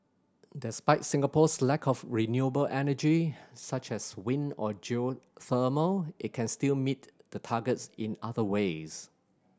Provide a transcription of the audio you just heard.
despite Singapore's lack of renewable energy such as wind or geothermal it can still meet the targets in other ways